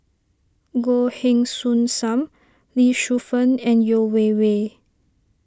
Goh Heng Soon Sam Lee Shu Fen and Yeo Wei Wei